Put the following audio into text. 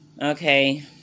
Okay